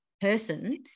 person